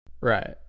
Right